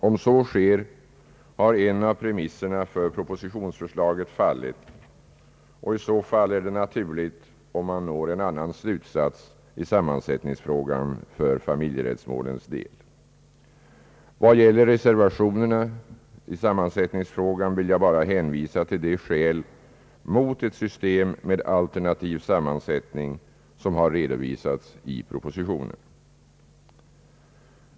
Om så sker har en av premisserna för pro positionsförslaget fallit, och i sådant fall är det naturligt om man når en annan slutsats i sammansättningsfrågan för familjerättsmålens del. Vad gäller reservationerna i sammansättningsfrågan vill jag bara hänvisa till de skäl mot ett system med alternativ samman sättning som har redovisats i propositionen.